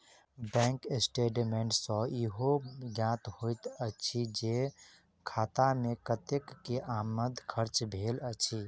bank statement सॅ ईहो ज्ञात होइत अछि जे खाता मे कतेक के आमद खर्च भेल अछि